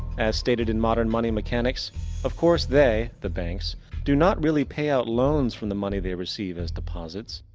as stated in modern money mechanics of course they the banks do not really pay out loans for the money, they receive as deposits.